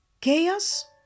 chaos